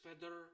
feather